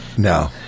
no